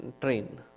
train